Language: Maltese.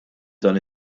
dan